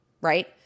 right